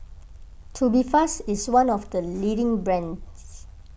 Tubifast is one of the leading brands